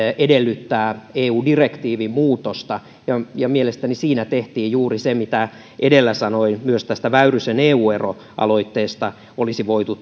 edellyttää eu direktiivimuutosta mielestäni siinä tehtiin juuri se mitä edellä sanoin myös tästä väyrysen eu eroaloitteesta olisi voitu